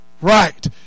right